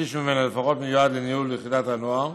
ששליש ממנה לפחות מיועד לניהול יחידת הנוער